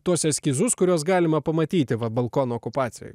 tuos eskizus kuriuos galima pamatyti va balkono okupacijoj